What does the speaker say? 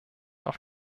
auf